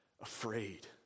afraid